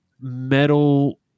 metal